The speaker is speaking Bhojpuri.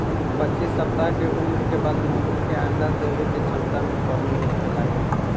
पच्चीस सप्ताह के उम्र के बाद मुर्गी के अंडा देवे के क्षमता में कमी होखे लागेला